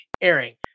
airing